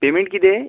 payment किती आहे